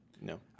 No